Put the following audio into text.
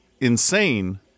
insane